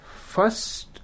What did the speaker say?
First